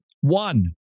One